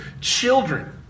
children